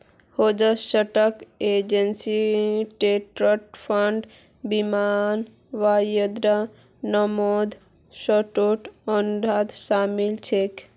हेजत stock, exchange traded fund, बीमा, वायदा अनुबंध, स्वैप, अनुबंध शामिल छेक